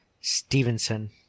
Stevenson